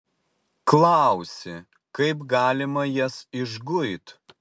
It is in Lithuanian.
klausi kaip galima jas išguit